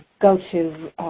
go-to